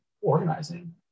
organizing